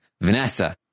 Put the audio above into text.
Vanessa